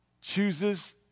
chooses